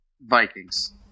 Vikings